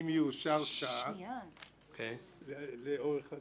אם יאושר שעה --- בטח,